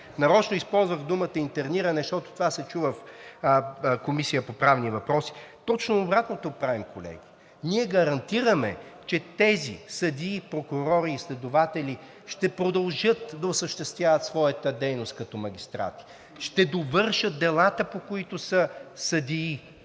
нарочно използвах думата интерниране, защото това се чу в Комисията по правни въпроси – точно обратното правим, колеги, ние гарантираме, че тези съдии, прокурори и следователи ще продължат да осъществяват своята дейност като магистрати, ще довършат делата, по които са съдии,